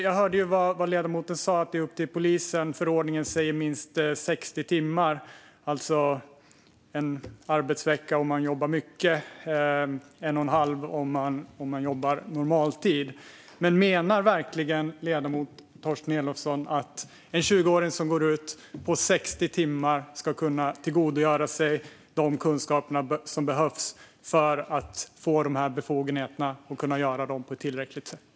Jag hörde vad ledamoten sa om att det blir upp till polisen och att förordningen säger minst 60 timmar, alltså en arbetsvecka om man jobbar mycket, en och en halv gång mer än normaltid. Menar verkligen ledamoten Torsten Elofsson att en 20-åring på 60 timmar ska kunna tillgodogöra sig de kunskaper som behövs för att använda befogenheterna på ett tillräckligt bra sätt?